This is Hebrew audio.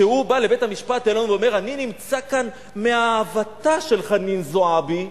כשהוא בא לבית-המשפט העליון ואומר: אני נמצא כאן מאהבתה של חנין זועבי,